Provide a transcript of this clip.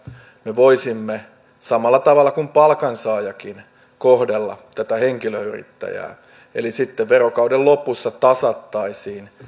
me voisimme samalla tavalla kuin palkansaajaakin kohdella tätä henkilöyrittäjää eli sitten verokauden lopussa tasattaisiin